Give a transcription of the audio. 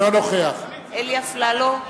אינו נוכח אלי אפללו,